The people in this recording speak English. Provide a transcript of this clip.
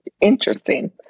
Interesting